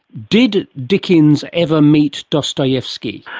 did dickens ever meet dostoevsky?